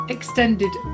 Extended